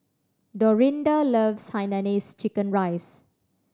Dorinda loves hainanese chicken rice